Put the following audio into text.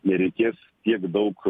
nereikės tiek daug